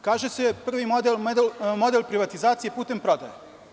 Kaže se, prvi model, model privatizacije putem prodaje.